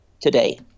today